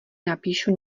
napíšu